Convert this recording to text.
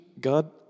God